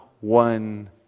one